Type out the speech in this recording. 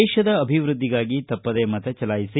ದೇಶದ ಅಭಿವೃದ್ದಿಗಾಗಿ ತಪ್ಪದೇ ಮತ ಚಲಾಯಿಸಿ